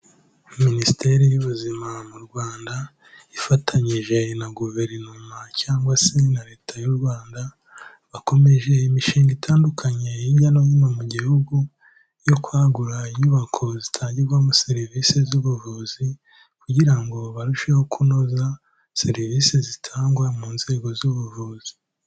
Minisiteri y'ubuzima mu rwanda ifatanyije na guverinoma cyangwa se na leta y'u rwanda bakomeje imishinga itandukanye hirya no hino mu gihugu yo kwagura inyubako zitangirwamo serivisi z'ubuvuzi kugira ngo barusheho kunoza serivisi zitangwa mu nzego z'ubuvuzi.